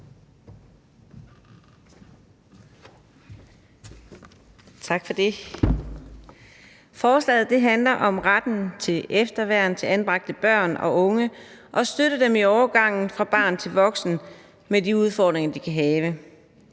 Tak for det. Forslaget handler om retten til efterværn til anbragte børn og unge og om at støtte dem i overgangen fra barn til voksen med de udfordringer, de kan have.